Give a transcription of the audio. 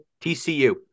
TCU